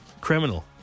criminal